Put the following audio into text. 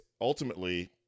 ultimately